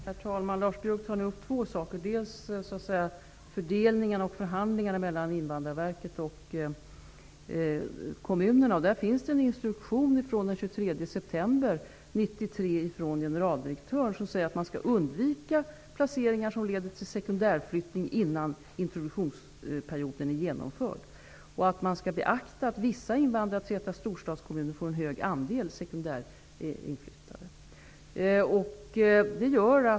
Herr talman! Lars Biörck tar upp två saker. När det gäller fördelningen och förhandlingen mellan Invandrarverket och kommunerna finns det en instruktion från den 23 september 1993 utfärdad av generaldirektören, i vilken det sägs att man skall undvika placeringar som leder till sekundärflyttning innan introduktionsperioden är genomförd. Man skall vidare beakta att vissa invandrartäta storstadskommuner får en hög andel sekundärinflyttade.